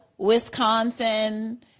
Wisconsin